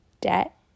debt